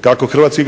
tako i hrvatskih